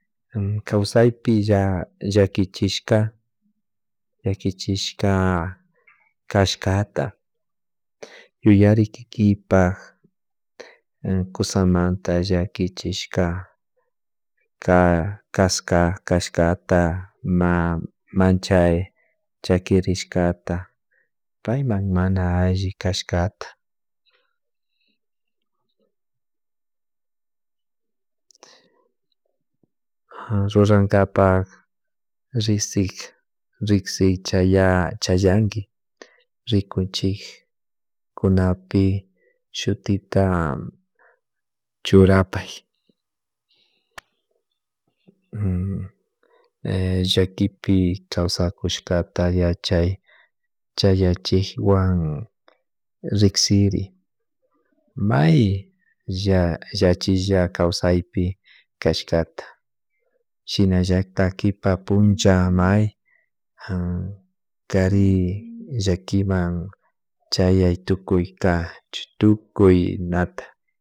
kawasaypi lla llakishka llakishishka kashkata yuyari kikinpak kusamanta llakichika ka kashkata ma manchay chakrishkata payman mana alli kashkata rrurankapak riksi riksikchayanki rrikuchik kunapi shutita churapay hummm llakipi kawsakushkata yachay chayachikwan riksiri may lla llakilla kawsaypi kawsaypi kashkata shinallatak kipak punllata may kari llakiman chayay tukyka tukuynata